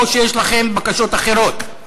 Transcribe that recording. או שיש לכם בקשות אחרות?